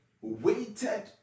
waited